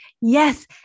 Yes